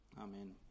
Amen